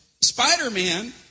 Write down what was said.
Spider-Man